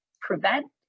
prevent